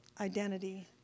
identity